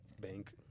bank